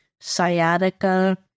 sciatica